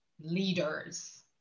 leaders